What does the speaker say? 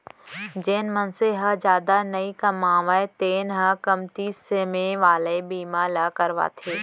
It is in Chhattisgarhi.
जेन मनसे ह जादा नइ कमावय तेन ह कमती समे वाला बीमा ल करवाथे